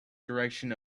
direction